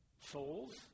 souls